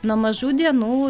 nuo mažų dienų